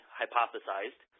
hypothesized